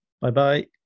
bye-bye